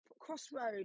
crossroad